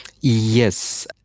Yes